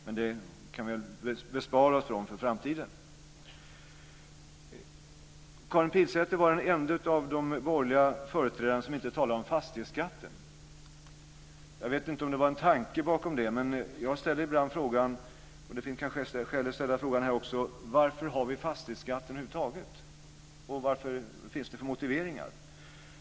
Men det kan vi väl bespara oss för framtiden. Karin Pilsäter är den enda av de borgerliga företrädarna som inte talar om fastighetsskatten. Jag vet inte om det fanns en tanke bakom det. Ibland ställer jag frågan, och det finns kanske skäl att ställa den också här: Varför har vi fastighetsskatten över huvud taget och vad finns det för motiveringar?